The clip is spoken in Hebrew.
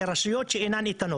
לרשויות שאינן ניתנות.